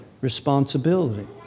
responsibility